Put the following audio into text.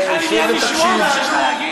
שב ותקשיב.